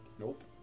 Nope